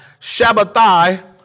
Shabbatai